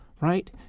right